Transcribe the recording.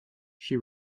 she